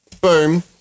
boom